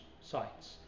sites